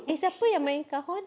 eh siapa yang mainkan horn